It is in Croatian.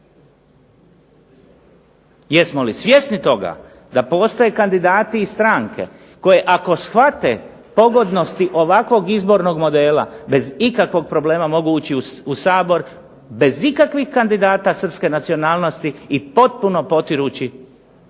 Jesmo li svjesne toga da postoje kandidati i stranke ako shvate pogodnosti ovakvog izbornog modela bez ikakvog problema mogu ući u Sabor bez ikakvih kandidata Srpske nacionalne i potpuno potirući